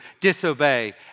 disobey